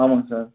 ஆமாங்க சார்